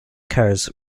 cars